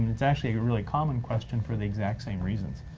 it's actually a really common question for the exact same reasons.